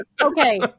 Okay